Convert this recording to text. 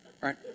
right